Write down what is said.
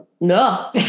no